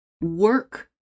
work